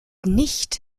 nicht